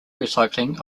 recycling